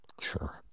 Sure